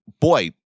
boy